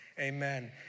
amen